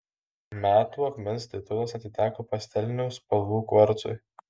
metų akmens titulas atiteko pastelinių spalvų kvarcui